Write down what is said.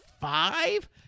five